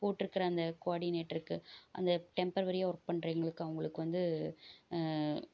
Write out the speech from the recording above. போட்டிருக்கிற அந்த குவாடினேட்டருக்கு அந்த டெம்ப்ரவரியாக ஒர்க் பண்றவங்களுக்கு அவங்குளுக்கு வந்து